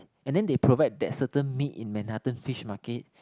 and then they provide that certain meat in Manhattan Fish Market